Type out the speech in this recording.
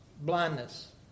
blindness